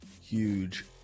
Huge